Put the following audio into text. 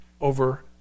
over